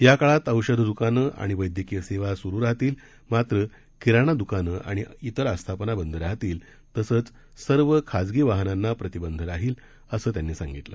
या काळात औषध द्कानं आणि वैद्यकीय सेवा स्रू राहतील मात्र किराणा द्कानं आणि अन्य अस्थापना बंद राहतील तसंच सर्व खासगी वाहनांना प्रतिबंध राहील असं ते यावेळी म्हणाले